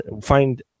find